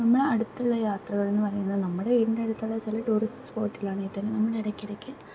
നമ്മുടെ അടുത്തുള്ള യാത്രകളെന്ന് പറയുന്നത് നമ്മുടെ വീടിൻ്റെ അടുത്തുള്ള ചില ടൂറിസ്റ്റ് സ്പോട്ടിലാണെൽ തന്നെ നമ്മള് ഇടയ്ക്കിടയ്ക്ക്